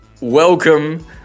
welcome